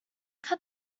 cut